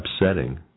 upsetting